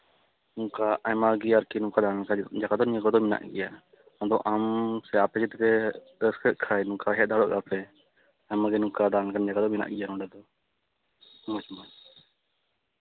ᱚᱱᱠᱟ ᱟᱭᱢᱟ ᱜᱮ ᱟᱨᱠᱤ ᱱᱚᱝᱠᱟ ᱚᱱᱠᱟ ᱡᱟᱭᱜᱟ ᱫᱚ ᱱᱤᱭᱟᱹ ᱠᱚᱫᱚ ᱢᱮᱱᱟᱜ ᱜᱮᱭᱟ ᱟᱫᱚ ᱟᱢ ᱥᱮ ᱟᱯᱮ ᱡᱩᱫᱤ ᱯᱮ ᱨᱟᱹᱥᱠᱟᱹᱜ ᱠᱷᱟᱡ ᱱᱚᱝᱠᱟ ᱦᱮᱡ ᱫᱟᱲᱮᱭᱟᱜ ᱯᱮ ᱟᱩᱢᱟ ᱜᱮ ᱱᱚᱝᱠᱟ ᱫᱟᱬᱟᱱ ᱞᱮᱠᱟᱱ ᱡᱟᱭᱜᱟ ᱫᱚ ᱢᱮᱱᱟᱜ ᱜᱮᱭᱟ ᱱᱚᱰᱮ ᱫᱚ ᱢᱚᱡᱽ ᱢᱚᱡᱽ